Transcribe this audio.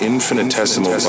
infinitesimal